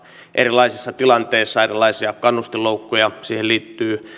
erilaisissa tilanteissa erilaisia kannustinloukkuja siihen liittyy